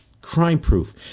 crime-proof